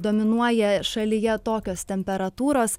dominuoja šalyje tokios temperatūros